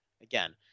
again